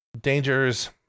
Danger's